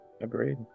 agreed